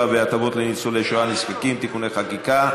והטבות לניצולי שואה נזקקים (תיקוני חקיקה,